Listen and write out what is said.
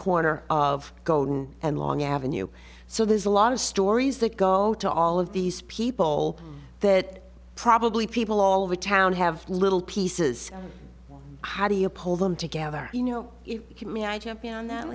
corner of golden and long avenue so there's a lot of stories that go to all of these people that probably people all over town have little pieces how do you pull them together you know